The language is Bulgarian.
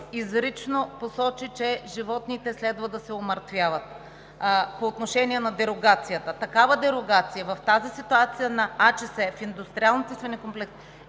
изрично посочи, че животните следва да се умъртвяват. По отношение на дерогацията – такава дерогация в тази ситуация на АЧС в индустриалните свинекомплекси